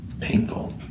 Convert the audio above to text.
painful